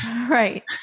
right